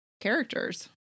characters